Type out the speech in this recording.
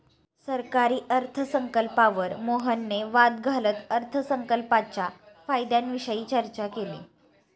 सरकारी अर्थसंकल्पावर मोहनने वाद घालत अर्थसंकल्पाच्या फायद्यांविषयी चर्चा केली